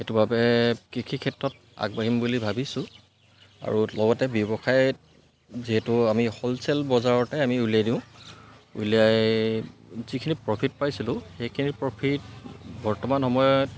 সেইটো বাবে কৃষি ক্ষেত্ৰত আগবাঢ়িম বুলি ভাবিছোঁ আৰু লগতে ব্যৱসায়ত যিহেতু আমি হ'লচেল বজাৰতে আমি উলিয়াই দিওঁ উলিয়াই যিখিনি প্ৰফিট পাইছিলোঁ সেইখিনি প্ৰফিট বৰ্তমান সময়ত